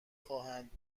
خواهند